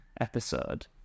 episode